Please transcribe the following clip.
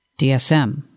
DSM